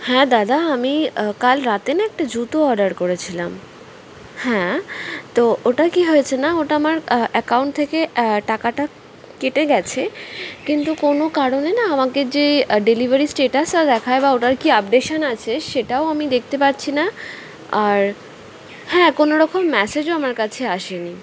হ্যাঁ দাদা আমি কাল রাতে না একটা জুতো অর্ডার করেছিলাম হ্যাঁ তো ওটা কী হয়েছে না ওটা আমার অ্যাকাউন্ট থেকে টাকাটা কেটে গেছে কিন্তু কোনো কারণে না আমাকে যে ডেলিভারি স্টেটাসটা দেখায় বা ওটার কী আপডেশান আছে সেটাও আমি দেখতে পাচ্ছি না আর হ্যাঁ কোনো রকম ম্যাসেজও আমার কাছে আসে নি